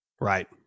Right